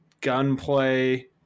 gunplay